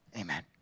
amen